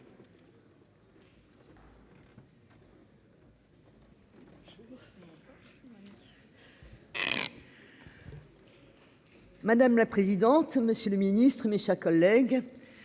Madame la présidente. Monsieur le Ministre, mes chers collègues.